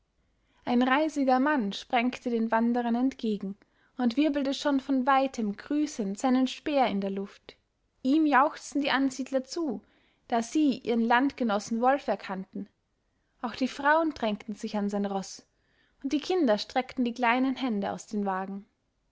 ein reisiger mann sprengte den wanderern entgegen und wirbelte schon von weitem grüßend seinen speer in der luft ihm jauchzten die ansiedler zu da sie ihren landgenossen wolf erkannten auch die frauen drängten sich an sein roß und die kinder streckten die kleinen hände aus den wagen